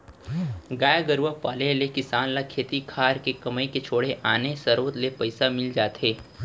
गाय गरूवा पाले ले किसान ल खेती खार के कमई के छोड़े आने सरोत ले पइसा मिल जाथे